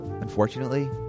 Unfortunately